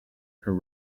her